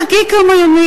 חכי כמה ימים,